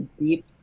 deep